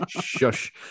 Shush